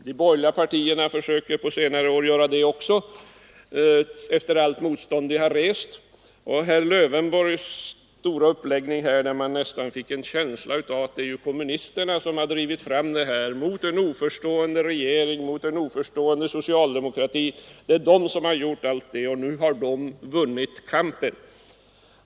De borgerliga partierna har också försökt att göra det på senare år, efter allt motstånd som de tidigare har rest. Och av herr Lövenborgs stort upplagda anförande fick man nästan en känsla av att det är kommunisterna som har drivit detta projekt mot en oförstående regering och en oförstående socialdemokrati; att det är kommunisterna som har gjort arbetet och att det är de som nu har vunnit kampen.